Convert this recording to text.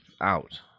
out